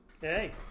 Hey